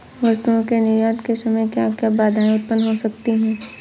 वस्तुओं के निर्यात के समय क्या क्या बाधाएं उत्पन्न हो सकती हैं?